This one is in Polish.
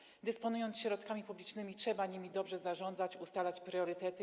Kiedy się dysponuje środkami publicznymi, trzeba nimi dobrze zarządzać, ustalać priorytety.